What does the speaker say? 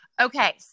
Okay